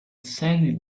sandy